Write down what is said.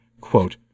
Quote